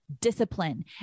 discipline